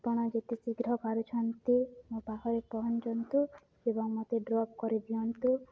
ଆପଣ ଯେତେ ଶୀଘ୍ର ପାରୁଛନ୍ତି ମୋ ପାଖରେ ପହଁଞ୍ଚନ୍ତୁ ଏବଂ ମୋତେ ଡ଼୍ରପ୍ କରିଦିଅନ୍ତୁ